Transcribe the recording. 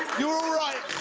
you're all right?